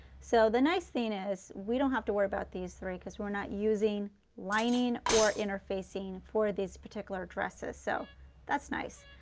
so the nice thing is we don't have to worry about these three because we are not using lining or interfacing for these particular dresses, so that's nice.